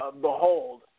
behold